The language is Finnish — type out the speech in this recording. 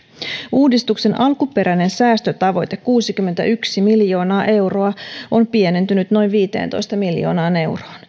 uudistuksen alkuperäinen säästötavoite kuusikymmentäyksi miljoonaa euroa on pienentynyt noin viiteentoista miljoonaan euroon